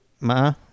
Ma